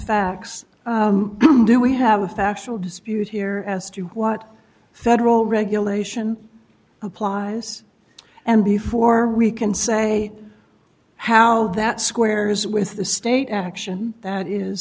facts do we have a factual dispute here as to what federal regulation applies and before we can say how that squares with the state action that is